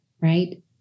right